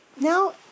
Now